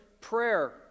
prayer